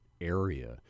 area